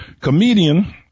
Comedian